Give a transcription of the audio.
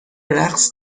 رقص